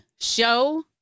Show